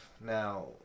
Now